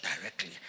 directly